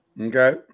Okay